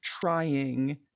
trying